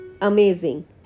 Amazing